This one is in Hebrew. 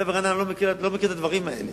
אתה ברעננה לא מכיר את הדברים האלה.